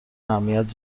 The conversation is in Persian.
اهمیت